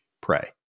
pray